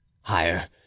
Higher